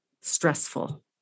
stressful